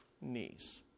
knees